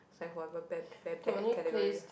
it's like whatever ba~ bad bad category